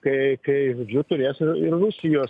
kai kai žodžiu turės ir rusijos